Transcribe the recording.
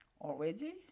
already